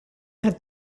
het